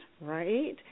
right